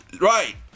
Right